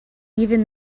even